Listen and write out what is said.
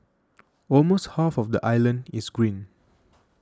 almost half of the island is green